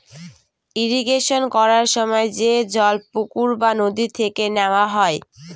irrigation করার সময় যে জল পুকুর বা নদী থেকে নেওয়া হয়